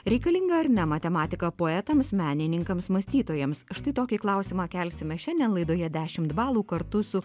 reikalinga ar ne matematika poetams menininkams mąstytojams štai tokį klausimą kelsime šiandien laidoje dešimt balų kartu su